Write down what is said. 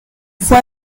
fue